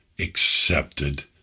accepted